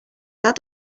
that